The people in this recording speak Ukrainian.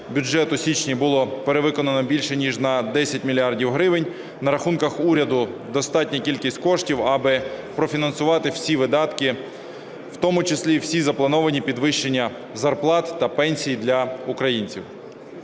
бюджет у січні було перевиконано більше ніж на 10 мільярдів гривень. На рахунках уряду достатня кількість коштів, аби профінансувати всі видатки, в тому числі і всі заплановані підвищення зарплат та пенсій для українців.